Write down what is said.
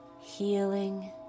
healing